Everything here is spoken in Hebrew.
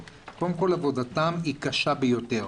קודם כל עבודתם היא קשה ביותר.